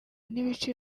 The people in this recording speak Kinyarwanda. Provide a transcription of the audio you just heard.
n’ibiciro